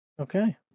Okay